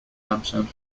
absent